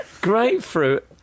Grapefruit